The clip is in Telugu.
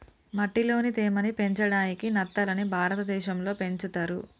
మట్టిలోని తేమ ని పెంచడాయికి నత్తలని భారతదేశం లో పెంచుతర్